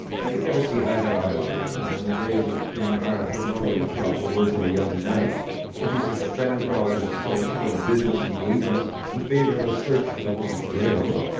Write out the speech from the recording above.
i could never see eye to eye with them. in the days of king arthur nobody thought the worse of a young knight if he suspended all his social and business engagements in favour of a search for the holy grail.